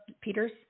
Peters